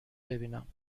ببینم